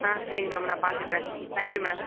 ஆ சரி மேம் நான் பார்த்துக்கறேன் தேங்க் யூ மேம்